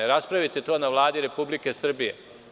Raspravite to na Vladi Republike Srbije.